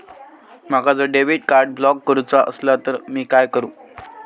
माका जर debit card block करूचा असला तर मी काय करू?